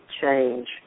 change